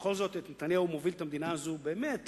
בכל זאת את נתניהו מוביל את המדינה הזאת באמת לשלום,